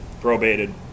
probated